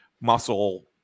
muscle